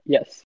Yes